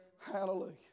Hallelujah